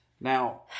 Now